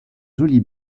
jolie